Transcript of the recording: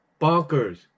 Bonkers